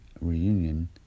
reunion